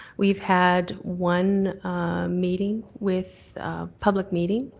we've had one meeting with public meeting.